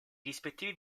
rispettivi